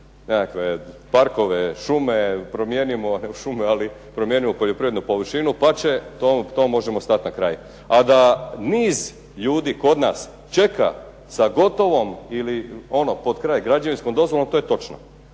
nekakve parkove, šume, promijenimo poljoprivrednu površinu pa će to, možemo stat na kraj. A da niz ljudi kod nas čeka sa gotovom ili ono potkraj građevinskom dozvolom to je točno.